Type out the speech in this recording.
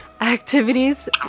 Activities